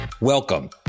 Welcome